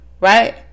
Right